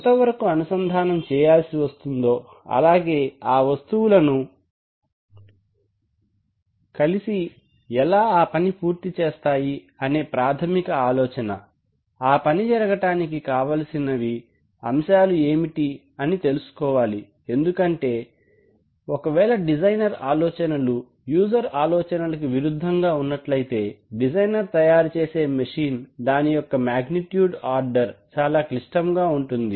ఎంతవరకు అనుసంధానం చేయాల్సి వస్తుందో అలాగే ఆ వస్తువులు కలిసి ఆ పని ఎలా పూర్తి చేస్తాయి అనే ప్రాథమిక ఆలోచన ఆ పని జరగటానికి కావలసినవి అంశాలు ఏమిటి తెలుసుకోవాలి ఎందుకంటే ఒకవేళ డిజైనర్ ఆలోచనలు యూసర్ ఆలోచనలకి విరుద్ధంగా ఉన్నట్లయితే డిజైనర్ తయారు చేసే మెషిన్ దాని యొక్క మాగ్నిట్యూడ్ ఆర్డర్ చాలా క్లిష్టముగా ఉంటుంది